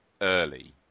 early